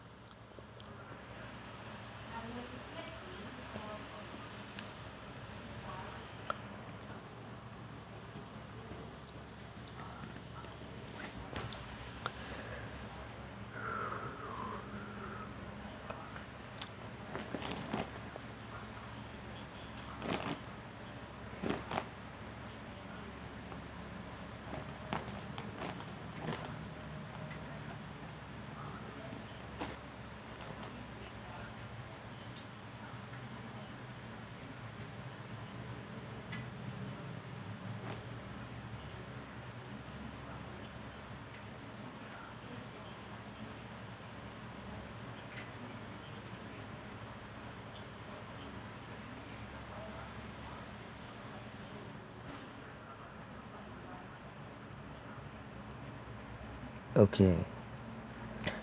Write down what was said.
okay